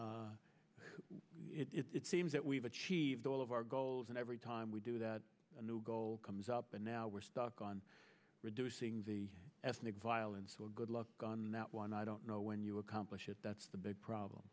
it seems that we've achieved all of our goals and every time we do that a new goal comes up and now we're stuck on reducing the ethnic violence or good luck on that one i don't know when you accomplish it that's the big